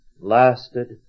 lasted